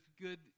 good